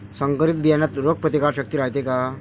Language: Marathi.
संकरित बियान्यात रोग प्रतिकारशक्ती रायते का?